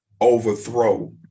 overthrow